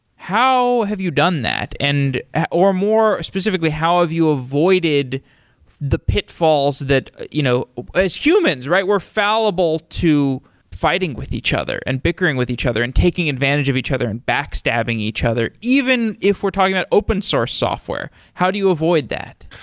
how have you done that, and or more specifically how have you avoided the pitfalls that you know as humans, right, we're fallible to fighting with each other and bickering with each other and taking advantage of each other and backstabbing each other, even if we're talking about open source software, how do you avoid that?